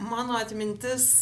mano atmintis